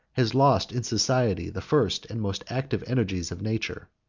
has lost in society the first and most active energies of nature.